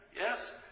Yes